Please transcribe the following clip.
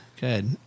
good